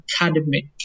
academic